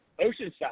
Oceanside